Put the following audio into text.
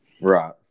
Right